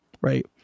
right